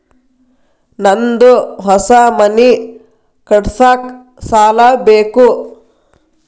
ನಂದು ಹೊಸ ಮನಿ ಕಟ್ಸಾಕ್ ಸಾಲ ಬೇಕು